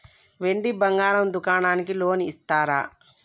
వెండి బంగారం దుకాణానికి లోన్ ఇస్తారా?